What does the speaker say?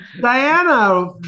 Diana